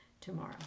tomorrow